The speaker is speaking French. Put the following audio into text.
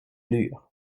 lurent